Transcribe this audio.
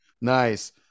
nice